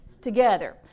together